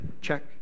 check